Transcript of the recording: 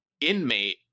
inmate